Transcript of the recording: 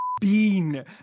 bean